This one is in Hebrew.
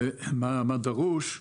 מה דרוש: